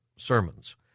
sermons